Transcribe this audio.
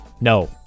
No